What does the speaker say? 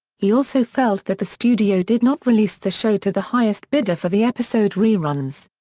he also felt that the studio did not release the show to the highest bidder for the episode reruns.